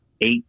eight